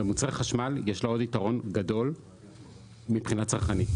במוצרי חשמל יש לה עוד יתרון גדול מבחינה צרכנית.